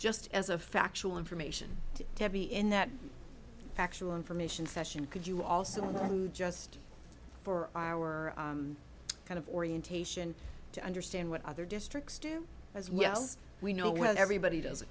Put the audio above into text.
just as a factual information to be in that factual information session could you also just for our kind of orientation to understand what other districts do as well we know what everybody does a